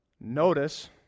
Notice